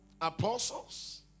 apostles